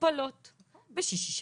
מטופלות בשישי,